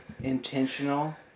intentional